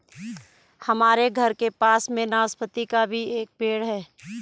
हमारे घर के पास में नाशपती का भी एक पेड़ है